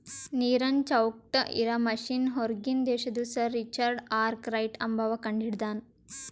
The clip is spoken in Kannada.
ನೀರನ್ ಚೌಕ್ಟ್ ಇರಾ ಮಷಿನ್ ಹೂರ್ಗಿನ್ ದೇಶದು ಸರ್ ರಿಚರ್ಡ್ ಆರ್ಕ್ ರೈಟ್ ಅಂಬವ್ವ ಕಂಡಹಿಡದಾನ್